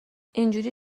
اینجوری